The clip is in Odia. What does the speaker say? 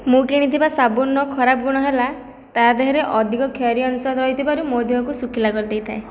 ମୁଁ କିଣିଥିବା ସାବୁନ୍ର ଖରାପ ଗୁଣ ହେଲା ତା ଦେହରେ ଅଧିକ ଖାରିଆ ଅଂଶ ରହିଥିବାରୁ ମୋ ଦେହକୁ ଶୁଖିଲା କରିଦେଇଥାଏ